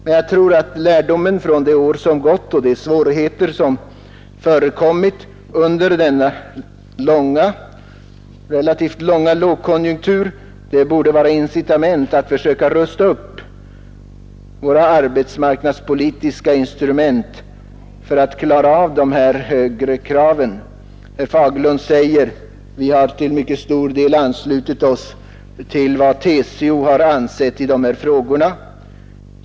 Men lärdomen från det år som gått och de svårigheter som förekommit under denna relativt långa lågkonjunktur borde vara incitament att rusta upp våra arbetsmarknadspolitiska instrument för att klara av de här högre kraven. Herr Fagerlund säger att vi till mycket stor del har anslutit oss till vad TCO ansett i dessa frågor.